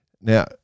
Now